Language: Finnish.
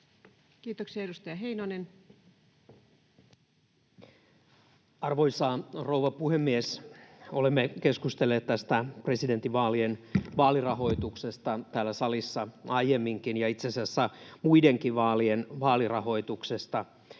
Kiitoksia. — Edustaja Heinonen. Arvoisa rouva puhemies! Olemme keskustelleet tästä presidentinvaalien vaalirahoituksesta täällä salissa aiemminkin ja itse asiassa muidenkin vaalien vaalirahoituksesta,